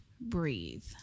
breathe